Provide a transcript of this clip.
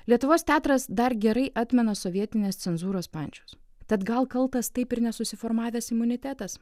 lietuvos teatras dar gerai atmena sovietinės cenzūros pančius tad gal kaltas taip ir nesusiformavęs imunitetas